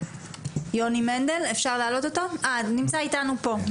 יוני מנדל נמצא איתנו פה.